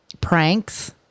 pranks